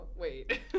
Wait